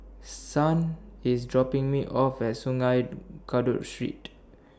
Son IS dropping Me off At Sungei Kadut Street